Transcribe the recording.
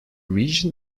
region